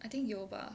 I think 有 bah